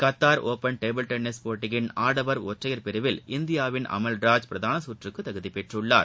Qatar open table tennis போட்டியின் ஆடவர் ஒற்யைர் பிரிவில் இந்தியாவின் அமல்ராஜ் பிரதான சுற்றுக்கு தகுதி பெற்றுள்ளார்